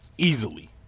Easily